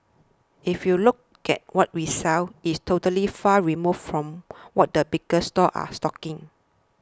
if you look at what we sell it's totally far removed from what the bigger stores are stocking